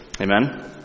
Amen